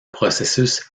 processus